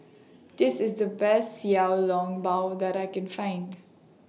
This IS The Best Xiao Long Bao that I Can Find